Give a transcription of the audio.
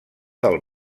del